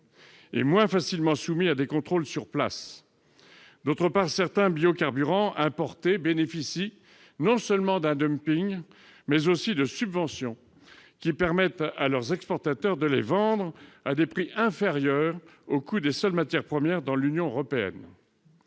et moins facilement soumis à des contrôles sur place. D'autre part, certains biocarburants importés bénéficient non seulement d'un dumping, mais aussi de subventions qui permettent à leurs exportateurs de les vendre à des prix inférieurs au coût des seules matières premières dans l'Union européenne.